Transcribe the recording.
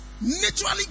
naturally